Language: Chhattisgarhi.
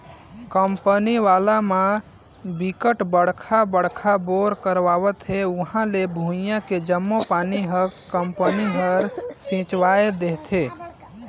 कंपनी वाला म बिकट बड़का बड़का बोर करवावत हे उहां के भुइयां के जम्मो पानी ल कंपनी हर सिरवाए देहथे